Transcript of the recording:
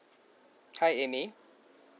hi amy